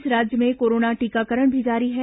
इस बीच राज्य में कोरोना टीकाकरण भी जारी है